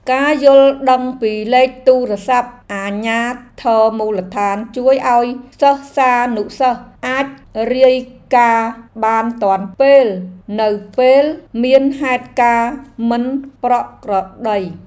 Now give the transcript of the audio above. ការយល់ដឹងពីលេខទូរស័ព្ទអាជ្ញាធរមូលដ្ឋានជួយឱ្យសិស្សានុសិស្សអាចរាយការណ៍បានទាន់ពេលនៅពេលមានហេតុការណ៍មិនប្រក្រតី។